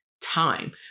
time